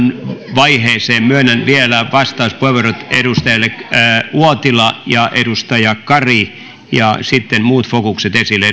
vaiheeseen myönnän vielä vastauspuheenvuorot edustajille uotila ja kari ja sitten muut fokukset esille